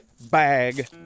bag